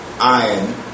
iron